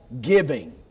giving